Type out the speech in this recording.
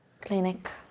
Clinic